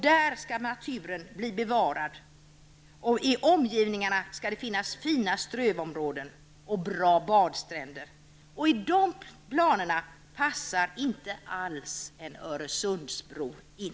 Där skall naturen bli bevarad, och i omgivningarna skall det finnas fina strövområden och bra badstränder. Och i de planerna passar inte alls en Öresundsbro in.